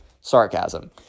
Sarcasm